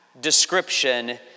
description